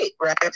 right